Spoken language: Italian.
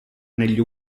negli